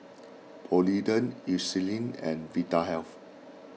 Polident Eucerin and Vitahealth